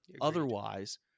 Otherwise